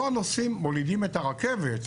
לא הנוסעים מולידים את הרכבת,